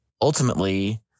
Ultimately